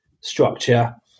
structure